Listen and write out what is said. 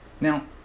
Now